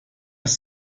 ist